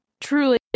truly